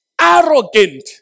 Arrogant